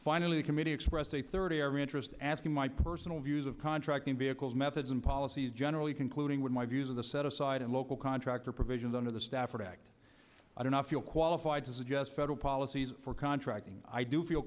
finally a committee expressed a third of our interest asking my personal views of contracting vehicles methods and policies generally concluding with my views of the set aside and local contractor provisions under the stafford act i do not feel qualified to suggest federal policies for contracting i do feel